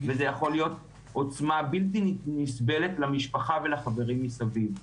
וזה יכול להיות עוצמה בלתי נסבלת למשפחה ולחברים מסביב.